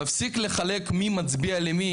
תפסיק לחלק מי מצביע למי,